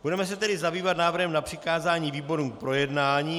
Budeme se tedy zabývat návrhem na přikázání výborům k projednání.